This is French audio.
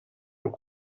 aux